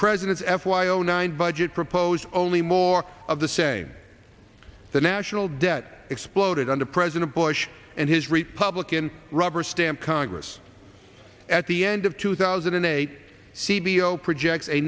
president's f y o nine budget proposal only more of the same the national debt exploded under president bush and his republican rubber stamp congress at the end of two thousand and eight c b o project